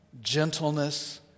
gentleness